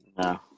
No